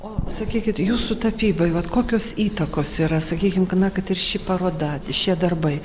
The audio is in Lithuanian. o sakykit jūsų tapybai vat kokios įtakos yra sakykim na kad ir ši paroda šie darbai